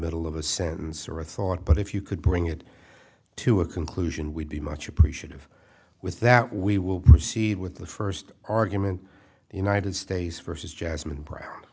middle of a sentence or a thought but if you could bring it to a conclusion we'd be much appreciative with that we will proceed with the first argument united states versus jasmine proud